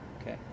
okay